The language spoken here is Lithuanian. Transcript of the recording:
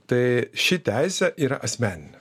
tai ši teisė yra asmeninė